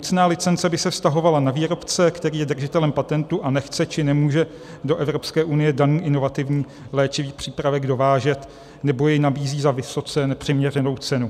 Nucená licence by se vztahovala na výrobce, který je držitelem patentu a nechce či nemůže do Evropské unie daný inovativní léčivý přípravek dovážet, nebo jej nabízí za vysoce nepřiměřenou cenu.